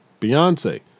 beyonce